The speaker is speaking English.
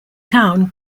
town